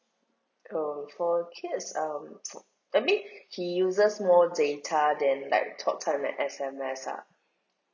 err for kids um I mean he uses more data than like talk time and S_M_S ah